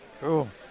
Cool